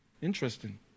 interesting